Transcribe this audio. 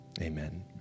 Amen